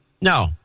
No